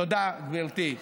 תודה, גברתי.